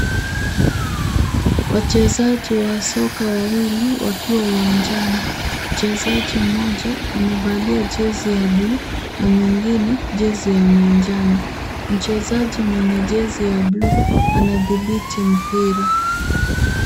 Wachezaji wa soka wawili wakiwa uwanjani, mchezaji mmoja amevalia jezi ya blue na mwingine jezi ya manjano, mchezaji mwenye jezi ya blue anadhibiti mpira.